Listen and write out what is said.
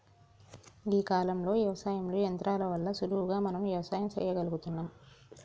గీ కాలంలో యవసాయంలో యంత్రాల వల్ల సులువుగా మనం వ్యవసాయం సెయ్యగలుగుతున్నం